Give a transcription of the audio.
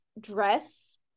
dress